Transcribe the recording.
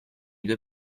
due